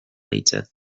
later